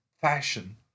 fashion